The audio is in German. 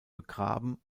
begraben